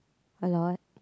a lot